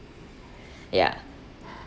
ya